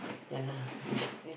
ya lah which